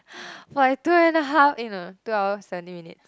for two and a half eh no no two hours seventeen minutes